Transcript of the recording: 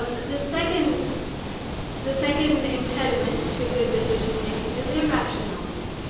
um the second the second impediment to good decision-making is irrationality.